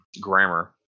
grammar